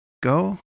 go